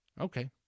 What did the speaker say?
Okay